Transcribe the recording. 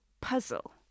puzzle